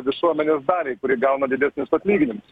visuomenės daliai kuri gauna didesnius atlyginimus